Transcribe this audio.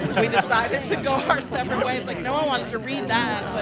we decided to go our separate ways. like, no one wants to read that, but